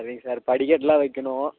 சரிங்க சார் படிக்கட்டெல்லாம் வைக்கணும்